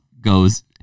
goes